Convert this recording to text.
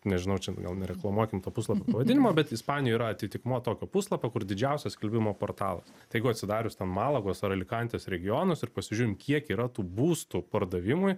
nežinau čia gal nereklamuokim to puslapio pavadinimo bet ispanijoj yra atitikmuo tokio puslapio kur didžiausias skelbimų portalas tai jeigu atsidarius ten malagos ar alikantės regionus ir pasižiūrim kiek yra tų būstų pardavimui